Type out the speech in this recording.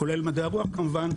כולל מדעי הרוח כמובן,